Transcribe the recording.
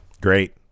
great